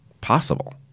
possible